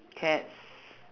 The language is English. cats